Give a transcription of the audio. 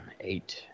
Eight